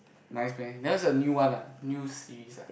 nice meh that one is a new one ah new series ah